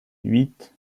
huit